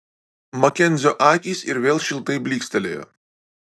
makenzio akys ir vėl šiltai blykstelėjo